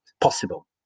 possible